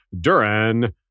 Duran